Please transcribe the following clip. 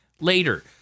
later